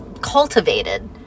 cultivated